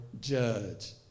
judge